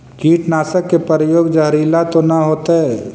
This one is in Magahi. कीटनाशक के प्रयोग, जहरीला तो न होतैय?